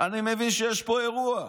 אני מבין שיש פה אירוע,